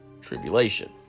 tribulation